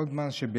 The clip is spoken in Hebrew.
וכל זמן שבאמת